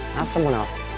someone else's.